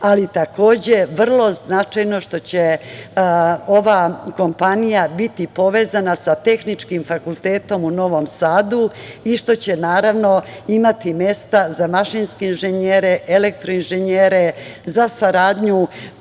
ali vrlo značajno što će ova kompanija biti povezana sa Tehničkim fakultetom u Novom Sadu i što će imati mesta za mašinske inženjer, elektro inženjere, za saradnju